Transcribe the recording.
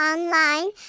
Online